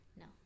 No